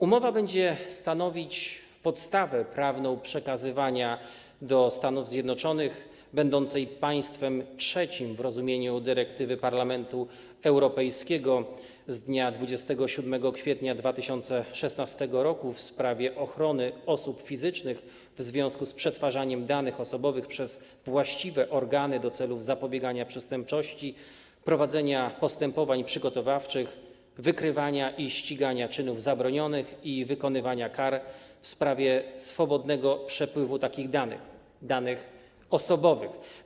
Umowa będzie stanowić podstawę prawną przekazywania do Stanów Zjednoczonych - będących państwem trzecim w rozumieniu dyrektywy Parlamentu Europejskiego z dnia 27 kwietnia 2016 r. w sprawie ochrony osób fizycznych w związku z przetwarzaniem danych osobowych przez właściwe organy do celów zapobiegania przestępczości, prowadzenia postępowań przygotowawczych, wykrywania i ścigania czynów zabronionych i wykonywania kar, w sprawie swobodnego przepływu takich danych - danych osobowych.